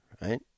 right